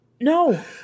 No